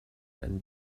and